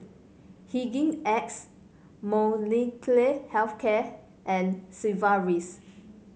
Hygin X Molnylcke Health Care and Sigvaris